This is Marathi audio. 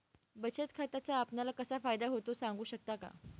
बचत खात्याचा आपणाला कसा फायदा होतो? सांगू शकता का?